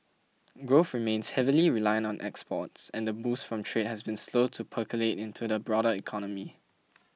growth remains heavily reliant on exports and the boost from trade has been slow to percolate into the broader economy